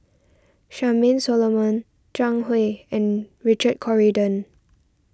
Charmaine Solomon Zhang Hui and Richard Corridon